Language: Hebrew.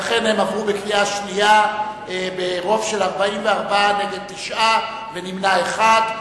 ואכן הם עברו בקריאה שנייה ברוב של 44 נגד 9 ונמנע אחד,